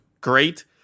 great